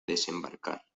desembarcar